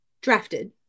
drafted